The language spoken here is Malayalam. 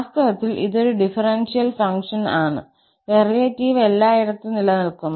വാസ്തവത്തിൽ ഇതൊരു ഡിഫറെൻഷ്യൽ ഫംഗ്ഷൻ ആണ് ഡെറിവേറ്റീവ് എല്ലായിടത്തും നിലനിൽക്കുന്നു